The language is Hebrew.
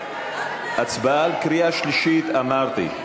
הצבעה בקריאה שלישית, אמרתי.